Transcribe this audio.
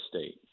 State